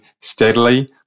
steadily